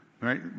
Right